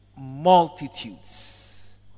Multitudes